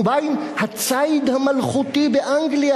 ומה עם הציד המלכותי באנגליה,